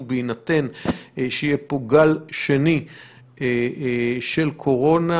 ובהינתן שיהיה פה גל שני של קורונה